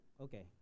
okay